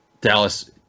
Dallas